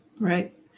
right